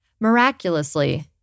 Miraculously